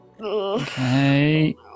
Okay